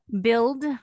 build